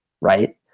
right